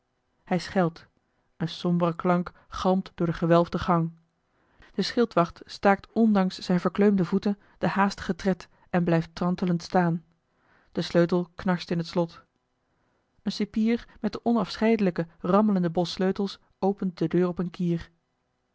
hij schelt een sombere klank galmt door de gewelfde gang de schildwacht staakt ondanks zijne verkleumde voeten den haastigen tred en blijft trantelend staan de sleutel knarst in het slot een cipier met den onafscheidelijken rammelenden bos sleutels opent de deur op een kier